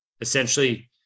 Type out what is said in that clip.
essentially